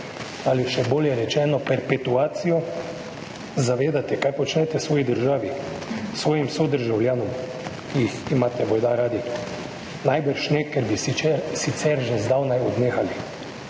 ali še bolje rečeno perpetuacijo, zavedate, kaj počnete svoji državi, svojim sodržavljanom, ki jih imate bojda radi? Najbrž ne, ker sicer bi že zdavnaj odnehali,